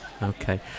Okay